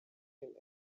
him